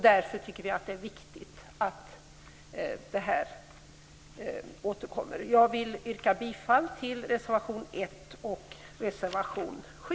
Därför tycker vi att det är viktigt att utvärderingsenheten återkommer. Jag vill yrka bifall till reservation 1 och reservation 7.